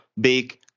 big